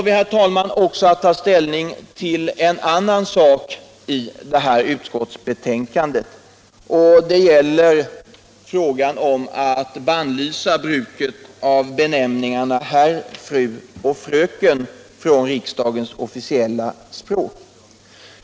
Vi har också att ta ställning till en annan sak i det här utskottsbetänkandet, och det gäller frågan om att bannlysa bruket av benämningarna herr, fru och fröken från riksdagens officiella språk.